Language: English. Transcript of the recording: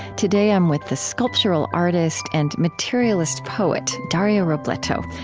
today, i'm with the sculptural artist and materialist poet dario robleto,